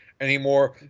anymore